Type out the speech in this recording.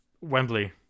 Wembley